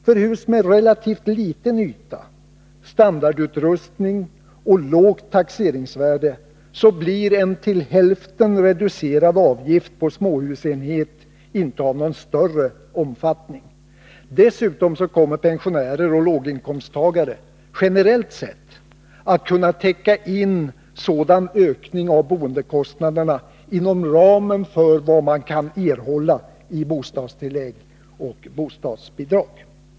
För hus med relativt liten yta, standardutrustning och lågt taxeringsvärde blir en till hälften reducerad avgift på småhusenhet inte av någon större omfattning. Dessutom kommer pensionärer och låginkomsttagare generellt sett att kunna täcka in sådan ökning av boendekostnaderna inom ramen för vad man kan erhålla i bostadstillägg och bostadsbidrag.